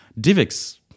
DivX